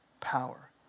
power